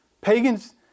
Pagans